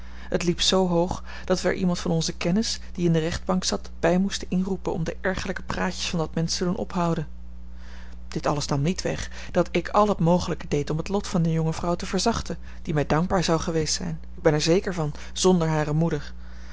het liep zoo hoog dat wij er iemand van onze kennis die in de rechtbank zat bij moesten inroepen om de ergerlijke praatjes van dat mensch te doen ophouden dit alles nam niet weg dat ik al het mogelijke deed om het lot van de jonge vrouw te verzachten die mij dankbaar zou geweest zijn ik ben er zeker van zonder hare moeder